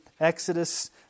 Exodus